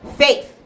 faith